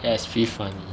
ya it's pretty funny